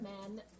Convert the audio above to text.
men